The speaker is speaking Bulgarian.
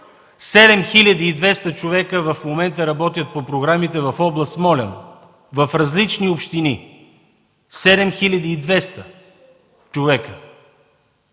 7200 човека в момента работят по програмите в област Смолян в различни общини! Седем